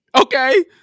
Okay